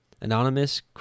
Anonymous